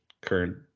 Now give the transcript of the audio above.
current